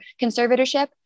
conservatorship